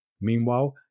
Meanwhile